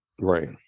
Right